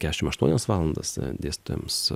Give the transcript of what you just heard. keturiasdešimt aštuonias valandas dėstytojams